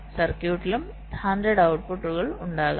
സർക്യൂട്ടിലും 100 ഔട്ട്പുട്ടുകൾ ഉണ്ടാകാം